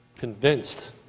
Convinced